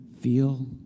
feel